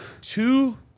Two